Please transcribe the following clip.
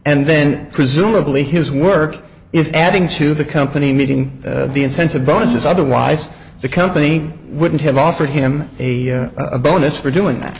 and then presumably his work is adding to the company meeting the incentive bonuses otherwise the company wouldn't have offered him a bonus for doing that